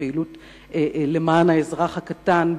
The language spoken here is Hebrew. הפעילות למען האזרח הקטן,